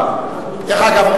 דרך אגב,